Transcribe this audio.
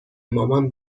مامان